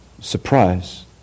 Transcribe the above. surprise